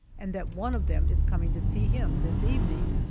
and that one of them is coming to see him this evening!